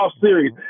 series